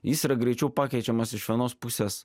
jis yra greičiau pakeičiamas iš vienos pusės